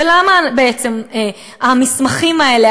ולמה בעצם המסמכים האלה,